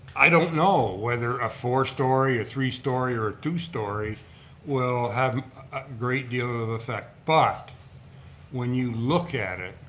i don't know whether a four story, a three story, or a two story will have a great deal of effect but when you look at it,